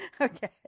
okay